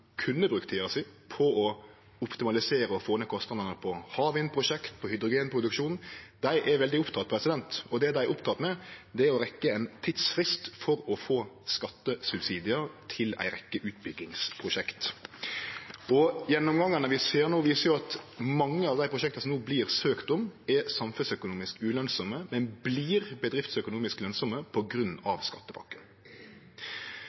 kunne ha brukt tida si på å optimalisere og få ned kostnadane på havvindprosjekt og hydrogenproduksjon, er veldig opptekne. Det dei er opptekne med, er å rekkje ein tidsfrist for å få skattesubsidiar til ei rekke utbyggingsprosjekt. Gjennomgangar viser no at mange av dei prosjekta som det verte søkte om, er samfunnsøkonomisk ulønsame, men vert bedriftsøkonomisk lønsame på grunn